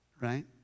right